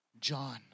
John